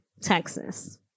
Texas